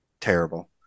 Terrible